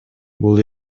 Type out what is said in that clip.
бул